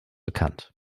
bekannt